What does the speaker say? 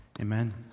Amen